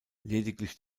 lediglich